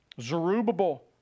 Zerubbabel